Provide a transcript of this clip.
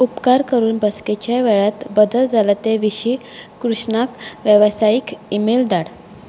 उपकार करून बसकेच्या वेळेंत बदल जाला ते विशीं कृष्णाक वेवसायीक ईमेल धाड